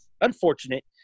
unfortunate